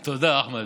תודה, אחמד.